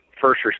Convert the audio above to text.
first